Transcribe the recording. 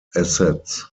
assets